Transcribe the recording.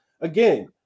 again